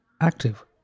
active